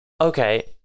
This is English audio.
okay